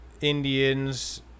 Indians